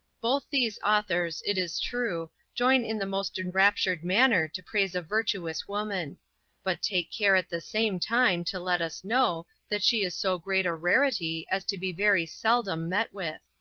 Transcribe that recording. both these authors, it is true, join in the most enraptured manner to praise a virtuous woman but take care at the same time to let us know, that she is so great a rarity as to be very seldom met with.